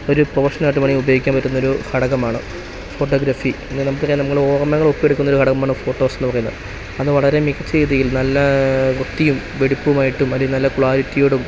ഒരു പ്രോഷനായിട്ട് വേണെങ്കിൽ ഉപയോഗിക്കാൻ പറ്റുന്നൊരു ഘടകമാണ് ഫോട്ടോഗ്രാഫി എന്ന് നമുക്ക് അറിയാം നമ്മൾ ഓർമ്മകൾ ഒപ്പി എടുക്കുന്നൊരു ഘടകമാണ് ഫോട്ടോസ് അത് വളരെ മികച്ച രീതിയിൽ നല്ല വൃത്തിയും വെടിപ്പുമായിട്ടും അല്ലേൽ നല്ല ക്ലാരിറ്റിയോടും